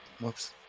whoops